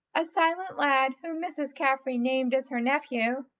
a silent lad whom mrs. carfry named as her nephew,